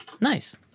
Nice